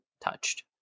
touched